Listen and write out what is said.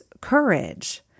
courage